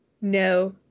No